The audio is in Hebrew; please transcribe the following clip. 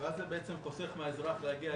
ואז זה בעצם חוסך מהאזרח להגיע.